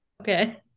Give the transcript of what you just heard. okay